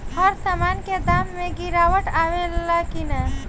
हर सामन के दाम मे गीरावट आवेला कि न?